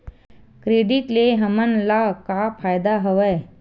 Credit ले हमन ला का फ़ायदा हवय?